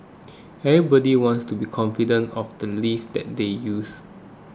everybody wants to be confident of the lifts that they use